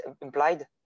implied